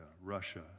Russia